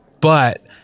but-